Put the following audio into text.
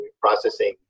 processing